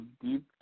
deep